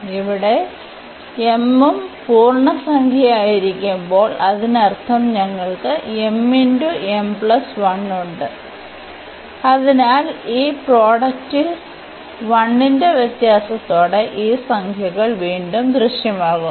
ഇവിടെ m ഉം പൂർണ്ണസംഖ്യയായിരിക്കുമ്പോൾ അതിനർത്ഥം ഞങ്ങൾക്ക് m m 1 ഉണ്ട് അതിനാൽ ഈ പ്രോഡക്റ്റിൽ 1 ന്റെ വ്യത്യാസത്തോടെ ഈ സംഖ്യകൾ വീണ്ടും ദൃശ്യമാകുന്നു